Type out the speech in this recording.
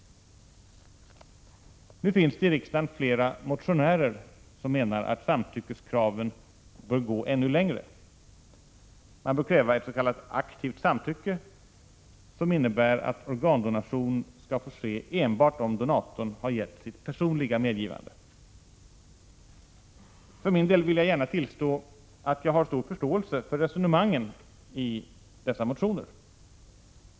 Nu finns det i riksdagen flera motionärer som menar att samtyckeskraven bör gå ännu längre. Man bör kräva ett s.k. aktivt samtycke, som innebär att organdonation enbart skall få ske om donatorn har gett sitt personliga medgivande. För min del vill jag gärna tillstå, att jag har stor förståelse för resonemangen i dessa motioner.